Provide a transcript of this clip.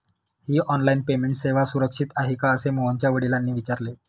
ही online payment सेवा सुरक्षित आहे का असे मोहनच्या वडिलांनी विचारले